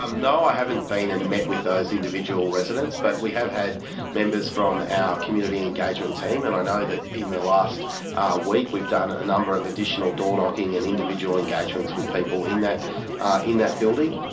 um no, i haven't been and met with those individual residents. but we have had members from our community engagement team. and i know that in the last week we've done a number of additional door-knocking and individual engagements with people in that in that building.